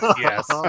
Yes